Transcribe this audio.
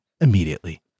immediately